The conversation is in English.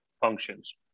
functions